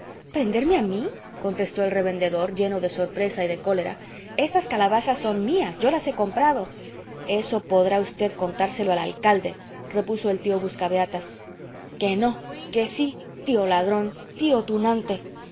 prenderme a mí contestó el revendedor lleno de sorpresa y de cólera estas calabazas son mías yo las he comprado eso podrá v contárselo al alcalde repuso el tío buscabeatas que no que sí tío ladrón tío tunante